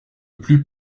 plus